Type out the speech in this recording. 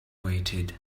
waited